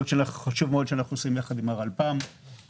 פרויקט חשוב מאוד שאנחנו עושים ביחד עם הרלפ"ם (הרשות לפינוי מוקשים).